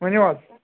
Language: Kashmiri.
ؤنِو حظ